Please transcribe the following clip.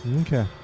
Okay